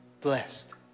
Blessed